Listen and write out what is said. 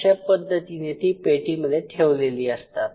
अशा पद्धतीने ती पेटीमध्ये ठेवलेली असतात